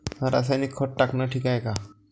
रासायनिक खत टाकनं ठीक हाये का?